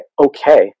okay